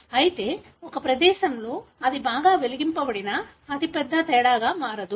అయితే ఒక ప్రదేశంలో అది బాగా వెలిగించబడినా అది పెద్ద తేడాగా మారదు